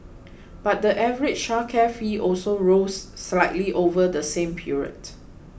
but the average childcare fee also rose slightly over the same period